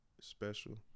special